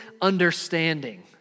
understanding